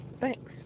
Thanks